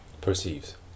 Perceives